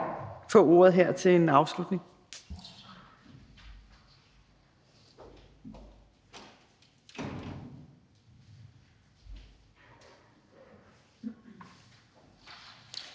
få ordet til afslutning.